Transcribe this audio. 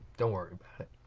don't worry about it.